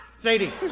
Sadie